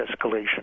escalation